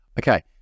Okay